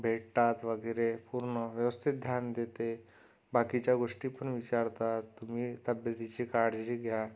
भेटतात वगैरे पूर्ण व्यवस्थित ध्यान देते बाकीच्या गोष्टीपण विचारतात तुम्ही तब्येतीची काळजी घ्या